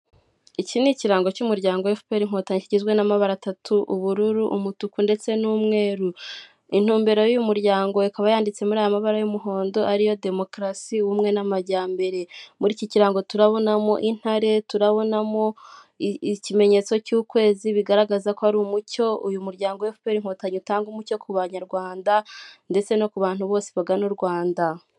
Iki ni ikirango cy'umuryango efuperi inkotanyi kigizwe n'amabara atatu, ubururu, umutuku, ndetse n'umweru. Intumbero y'uyu muryango ikaba yanditse muri aya mabara y'umuhondo ariyo demokarasi'ubumwe n'amajyambere. Muri iki kirango turabonamo intare, turabonamo ikimenyetso cy'ukwezi bigaragaza ko ari umucyo, uyu muryango wa efuperi inkotanyi itanga umucyo ku banyarwanda, ndetse no ku bantu bose bagana u Rwanda.